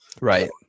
Right